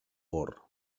bor